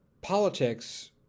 politics